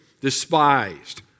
despised